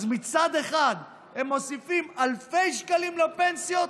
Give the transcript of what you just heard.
אז מצד אחד הם מוסיפים אלפי שקלים לפנסיות,